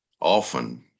often